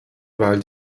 weil